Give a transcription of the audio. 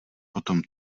potom